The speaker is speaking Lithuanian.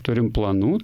turim planų